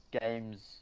games